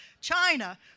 China